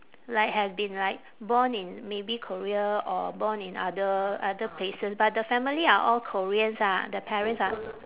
like have been like born in maybe korea or born in other other places but the family are all koreans ah the parents are